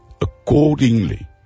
Accordingly